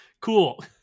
Cool